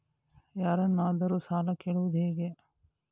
ಯಾರನ್ನಾದರೂ ಸಾಲ ಕೇಳುವುದು ಹೇಗೆ?